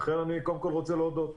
לכן אני, קודם כול, רוצה להודות.